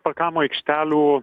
parkavimo aikštelių